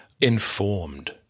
informed